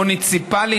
מוניציפלית,